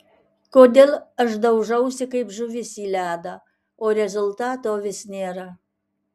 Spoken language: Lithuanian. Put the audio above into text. kodėl aš daužausi kaip žuvis į ledą o rezultato vis nėra